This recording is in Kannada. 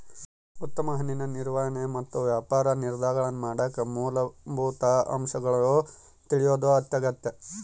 ಉತ್ತಮ ಹಣ್ಣಿನ ನಿರ್ವಹಣೆ ಮತ್ತು ವ್ಯಾಪಾರ ನಿರ್ಧಾರಗಳನ್ನಮಾಡಕ ಮೂಲಭೂತ ಅಂಶಗಳನ್ನು ತಿಳಿಯೋದು ಅತ್ಯಗತ್ಯ